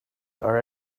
are